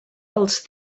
als